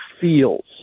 feels